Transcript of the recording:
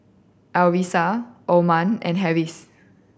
Arissa Umar and Harris